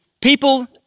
people